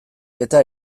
eta